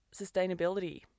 sustainability